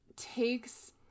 takes